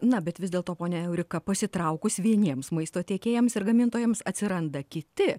na bet vis dėlto ponia eurika pasitraukus vieniems maisto tiekėjams ir gamintojams atsiranda kiti